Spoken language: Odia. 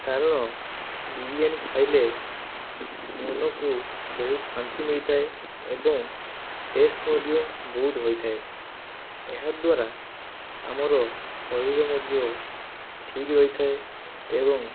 କାରଣ ବିରିଆନୀ ଖାଇଲେ ମନକୁ ବହୁତ ଶାନ୍ତି ମିଳିଥାଏ ଏବଂ ଟେଷ୍ଟ ମଧ୍ୟ ବହୁତ ହୋଇଥାଏ ଏହା ଦ୍ଵାରା ଆମର ଶରୀର ମଧ୍ୟ ଠିକ୍ ରହିଥାଏ ଏବଂ